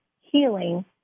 healing